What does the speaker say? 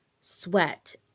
sweat